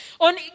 on